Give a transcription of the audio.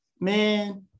man